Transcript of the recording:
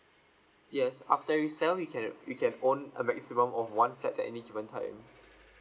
yes after you sell you can you can own a maximum of one flat at any given time